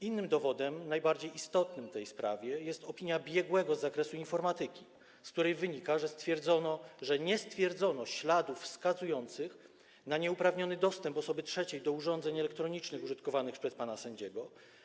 Innym dowodem, najbardziej istotnym w tej sprawie, jest opinia biegłego z zakresu informatyki, z której wynika, że nie stwierdzono śladów wskazujących na nieuprawniony dostęp osoby trzeciej do urządzeń elektronicznych użytkowanych przez pana sędziego.